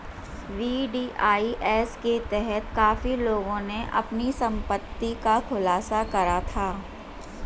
VDIS के तहत काफी लोगों ने अपनी संपत्ति का खुलासा करा था